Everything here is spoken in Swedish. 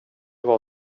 vara